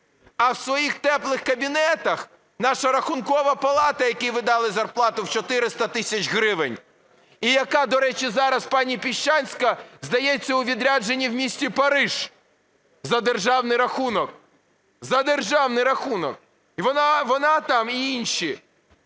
А в своїх теплих кабінетах наша Рахункова палата, якій ви дали зарплату в 400 тисяч гривень, і яка, до речі, зараз пані Піщанська, здається, у відрядженні в місті Париж за державний рахунок, за державний рахунок. Вона там і інші